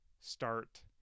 start